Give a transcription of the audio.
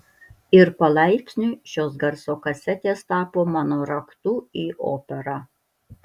ir palaipsniui šios garso kasetės tapo mano raktu į operą